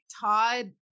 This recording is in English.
Todd